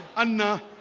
anna